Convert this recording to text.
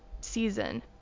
season